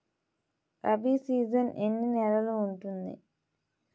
Rabi season ఎన్ని నెలలు ఉంటుంది?